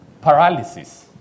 paralysis